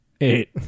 eight